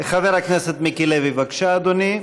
חבר הכנסת מיקי לוי, בבקשה, אדוני.